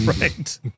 Right